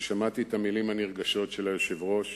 כששמעתי את המלים הנרגשות של היושב-ראש